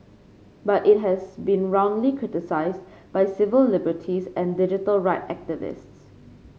but it has been roundly criticised by civil liberties and digital right activists